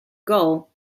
gull